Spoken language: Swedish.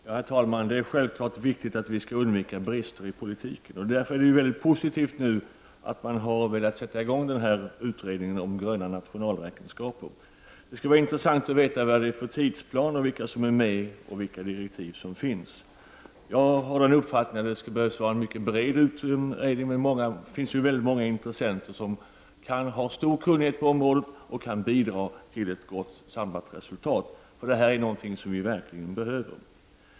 Herr talman! Det är självfallet viktigt att undvika brister i politiken. Det är därför nu mycket positivt att regeringen har velat tillsätta utredning om gröna nationalräkenskaper. Det skulle vara intressant att veta vilken tidsplan som gäller, vilka som är med i utredningen och vilka direktiv som finns. Jag har den uppfattningen att utredningen skall vara mycket bred. Det finns många intressenter som har en stor kunnighet på området och kan bidra till ett gott samlat resultat. Detta är någonting som vi verkligen behöver.